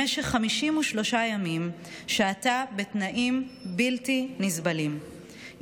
במשך 53 ימים שהתה בתנאים בלתי נסבלים,